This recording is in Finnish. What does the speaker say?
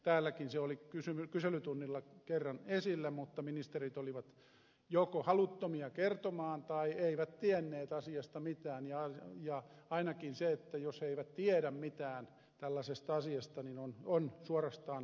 täälläkin se oli kyselytunnilla kerran esillä mutta ministerit olivat joko haluttomia kertomaan tai eivät tienneet asiasta mitään ja ainakin se että jos he eivät tiedä mitään tällaisesta asiasta on suorastaan huolestuttavaa